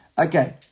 Okay